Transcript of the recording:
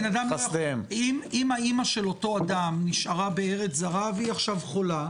אם אימא של אותו אדם נשארה בארץ זרה והיא חולה,